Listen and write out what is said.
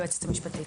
היועצת המשפטית.